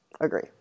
Agree